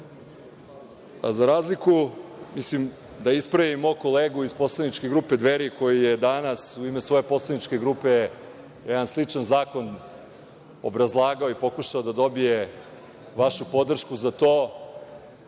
Đurišić** Hvala. Da ispravim mog kolegu iz poslaničke grupe Dveri, koji je danas u ime svoje poslaničke grupe jedan sličan zakon obrazlagao i pokušao da dobije vašu podršku za to,